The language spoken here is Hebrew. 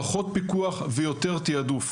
פחות פיקוח ותיעדוף.